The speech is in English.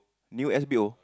new S_B_O